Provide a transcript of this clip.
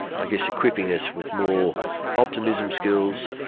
i guess equipping us with more optimism skills,